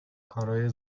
کارای